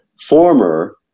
former